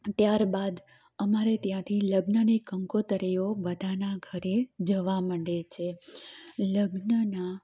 ત્યાર બાદ અમારે ત્યાંથી લગ્નની કંકોતરીઓ બધાના ઘરે જવા માંડે છે લગ્નના